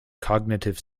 cognitive